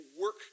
work